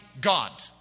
God